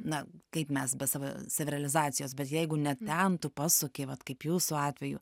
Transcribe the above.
na kaip mes be savo savirealizacijos bet jeigu ne ten tu pasuki vat kaip jūsų atveju